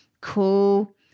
Cool